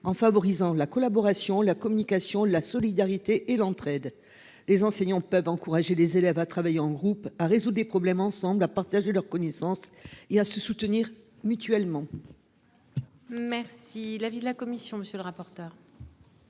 en favorisant la collaboration, la communication, la solidarité et l'entraide. Les enseignants peuvent encourager les élèves à travailler en groupe, à résoudre les problèmes ensemble, à partager leurs connaissances et à se soutenir mutuellement. Quel est l'avis de la commission ? Je souscris